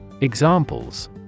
Examples